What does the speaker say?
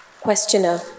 Questioner